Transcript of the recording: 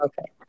Okay